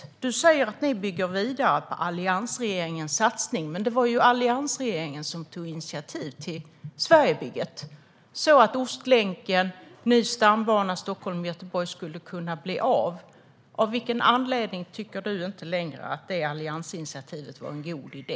Jessica Rosencrantz säger att Moderaterna bygger vidare på alliansregeringens satsning, men det var ju alliansregeringen som tog initiativ till Sverigebygget så att Ostlänken och en ny stambana mellan Stockholm och Göteborg skulle kunna bli av. Av vilken anledning tycker Jessica Rosencrantz inte längre att det alliansinitiativet var en god idé?